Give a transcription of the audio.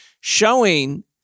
showing